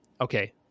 Okay